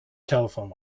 telephone